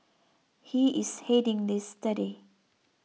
he is heading this study